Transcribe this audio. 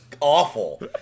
Awful